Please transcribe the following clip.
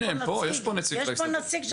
יש פה נציג של